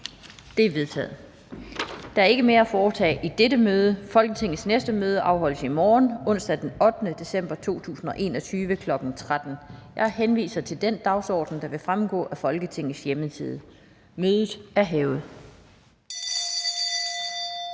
(Annette Lind): Der er ikke mere at foretage i dette møde. Folketingets næste møde afholdes i morgen, onsdag den 8. december 2021, kl. 13.00. Jeg henviser til den dagsorden, der vil fremgå af Folketingets hjemmeside. Mødet er hævet.